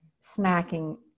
smacking